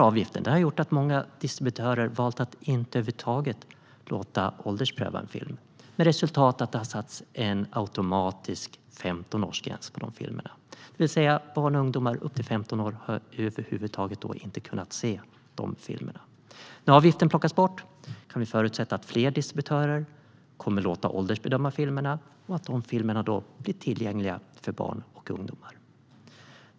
Avgiften har gjort att många distributörer valt att inte låta ålderspröva sina filmer, med resultat att det automatiskt har satts femtonårsgräns på de filmerna. Det vill säga att barn och ungdomar upp till femton över huvud taget inte har kunnat se de filmerna. När avgiften tas bort kan vi förutsätta att fler distributörer kommer att låta åldersbedöma sina filmer och att de filmerna då blir tillgängliga för barn och ungdomar.